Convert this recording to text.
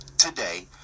Today